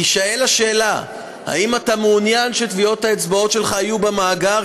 תישאל השאלה: האם אתה מעוניין שטביעות האצבעות שלך יהיו במאגר,